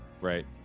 right